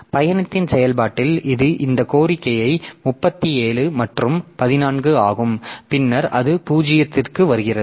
பயணத்தின் செயல்பாட்டில் இது இந்த கோரிக்கைகள் 37 மற்றும் 14 ஆகும் பின்னர் அது 0 க்கு வருகிறது